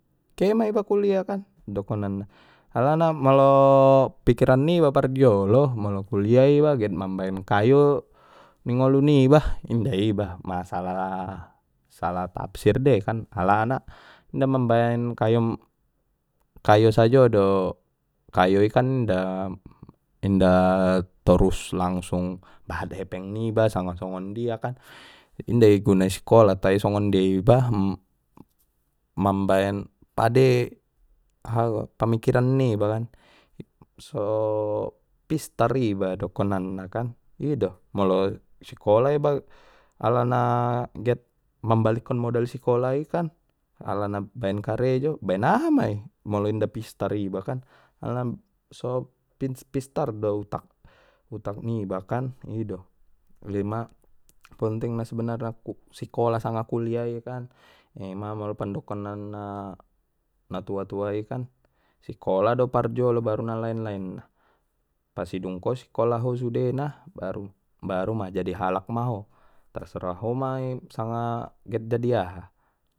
Ke ma iba kuliah kan dokonanna parjolo molo kuliah iba get mambaen kayo ni ngolu niba inda iba ma salah sala tafsir dei kan alana inda mambaen kayo kayo sajo do kayo i kan inda torus langsung bahat hepeng niba sanga songon dia kan inda iguna isikola tai songon dia iba mambaen pade pamikiran ni ba kan so pistar iba dokonanna kan ido molo sikola iba alana get mambalik kon modal sikola i kan alana baen karejo baen aha mai molo inda pistar iba kan alana so pin-pistar do utak-utak niba kan ido ima pontingna sabenarna sikola sanga kuliah i kan ima molo pandokonanna na tua-tua i kan sikola do parjolo baru na lain-lain pasidung ko sikola ho sudena baru ma jadi halak ma ho tarserah ho mai sanga get jadi aha.